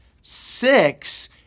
Six